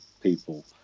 people